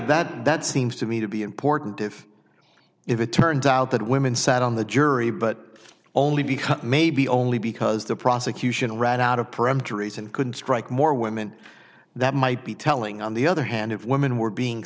that that seems to me to be important if if it turns out that women sat on the jury but only because maybe only because the prosecution ran out of peremptory and couldn't strike more women that might be telling on the other hand if women were being